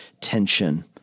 tension